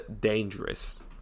dangerous